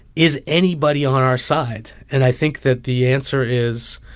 is anybody on our side? and i think that the answer is,